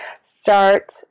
start